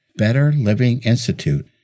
betterlivinginstitute